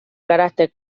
carácter